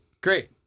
great